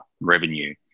revenue